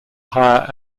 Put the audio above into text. higher